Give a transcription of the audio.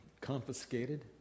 confiscated